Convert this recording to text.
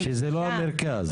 שזה לא המרכז.